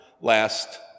last